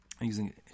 using